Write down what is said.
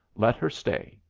let her stay.